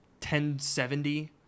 1070